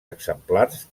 exemplars